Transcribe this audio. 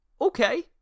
Okay